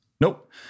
Nope